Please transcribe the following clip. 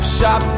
shop